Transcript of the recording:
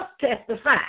testify